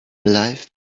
life